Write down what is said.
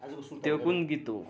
त्यो कुन गीत हो